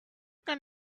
can